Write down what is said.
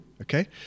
okay